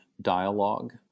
dialogue